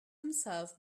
himself